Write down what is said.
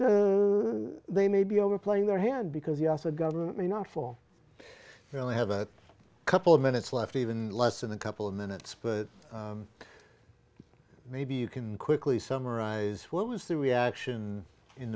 and they may be overplaying their hand because you as a government may not for well have a couple of minutes left even less than a couple of minutes maybe you can quickly summarize what was the reaction in